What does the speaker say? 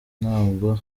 ntabwo